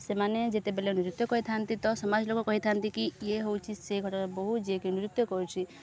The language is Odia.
ସେମାନେ ଯେତେବେଲେ ନୃତ୍ୟ କହିଥାନ୍ତି ତ ସମାଜ ଲୋକ କହିଥାନ୍ତି କି ଇଏ ହେଉଛି ସେ ଘର ବହୁ ଯିଏକି ନୃତ୍ୟ କରୁଛିି